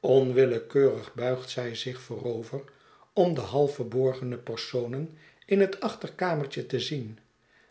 onwillekeurig buigt zij zich voorover om de half verborgene personen in het achter kamertje te zien